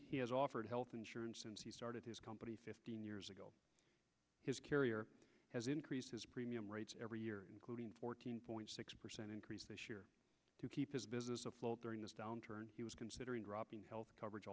he has offered health insurance since he started his company fifteen years ago his carrier has increased his premium rates every year including fourteen point six percent increase this year to keep his business afloat during this downturn he was considering dropping health coverage